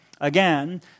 again